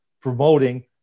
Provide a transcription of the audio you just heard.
promoting